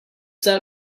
that